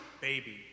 baby